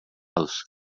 los